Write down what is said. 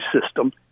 system